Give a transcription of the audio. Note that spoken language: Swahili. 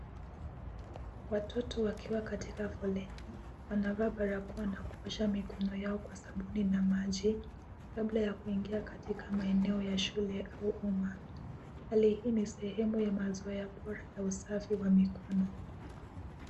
Watoto wakiwa katika foleni, wanavaa barakoa na kuosha mikono yao kwa sabuni na maji kabla ya kuingia katika maeneo ya shule au umma. Mali hii ni sehemu ya mazoea pori la usafi wa mikono.